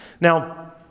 Now